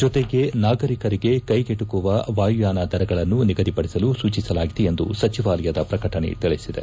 ಜತೆಗೆ ನಾಗರಿಕರಿಗೆ ಕೈಗೆಟಕುವ ವಾಯುಯಾನ ದರಗಳನ್ನು ನಿಗದಿಪಡಿಸಲು ಸೂಚಿಸಲಾಗಿದೆ ಎಂದು ಸಚಿವಾಲಯದ ಪ್ರಕಟಣೆ ತಿಳಿಸಿದೆ